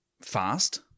fast